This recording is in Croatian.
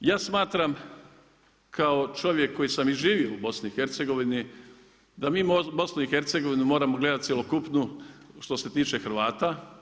Ja smatram kao čovjek koji sam i živio u BiH da mi BiH moramo gledati cjelokupnu što se tiče Hrvata.